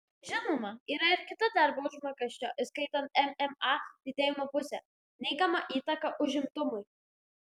žinoma yra ir kita darbo užmokesčio įskaitant mma didėjimo pusė neigiama įtaka užimtumui